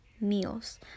meals